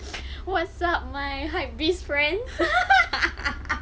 what's up my hike beast friend